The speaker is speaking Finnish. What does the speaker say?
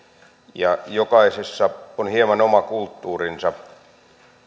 ja jokaisessa on hieman oma kulttuurinsa